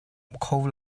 kho